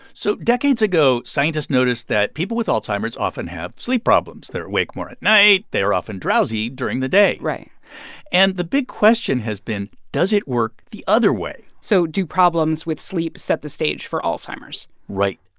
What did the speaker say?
so decades ago, scientists noticed that people with alzheimer's often have sleep problems. they're awake more at night. they are often drowsy during the day right and the big question has been, does it work the other way? so do problems with sleep set the stage for alzheimer's? right.